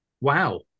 wow